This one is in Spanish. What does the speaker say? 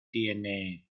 tiene